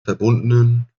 verbundenen